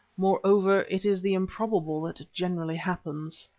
moreover, it is the improbable that generally happens